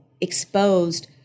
exposed